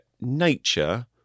nature